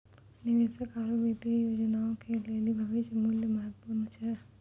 निवेशकों आरु वित्तीय योजनाकारो के लेली भविष्य मुल्य महत्वपूर्ण छै